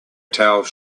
tales